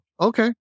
Okay